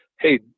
hey